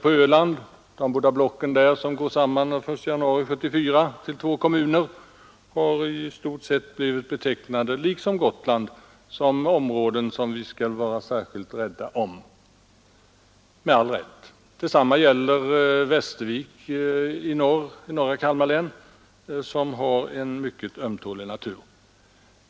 De båda kommunblock som där den 1 januari 1974 går samman till två kommuner har liksom Gotland i stort sett blivit — med all rätt — betecknade som områden vilka vi skall vara särskilt rädda om. Detsamma gäller Västervik i norra delen av Kalmar län som har en mycket ömtålig natur.